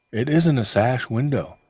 it isn't a sash window.